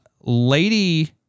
Lady